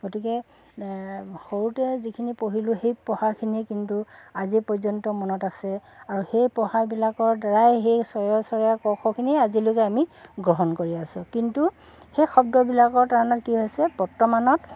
গতিকে সৰুতে যিখিনি পঢ়িলোঁ সেই পঢ়াখিনি কিন্তু আজি পৰ্যন্ত মনত আছে আৰু সেই পঢ়াবিলাকৰদ্বাৰাই সেই চৰে অ চৰে আ 'ক' 'খ'খিনি আজিলৈকে আমি গ্ৰহণ কৰি আছোঁ কিন্তু সেই শব্দবিলাকৰ তাৰণাত কি হৈছে বৰ্তমানত